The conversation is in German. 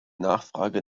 nachfrage